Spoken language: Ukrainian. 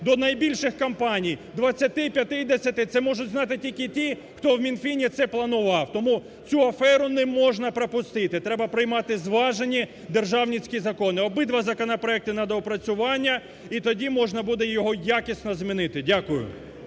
до найбільших компаній, двадцяти і п'ятдесяти, це можуть знати тільки ті, хто в Мінфіні це планував. Тому цю аферу не можна пропустити, треба приймати зважені державницькі закони. Обидва законопроекти на доопрацювання і тоді можна буде його якісно змінити. Дякую.